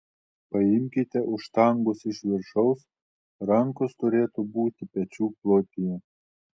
paimkite už štangos iš viršaus rankos turėtų būti pečių plotyje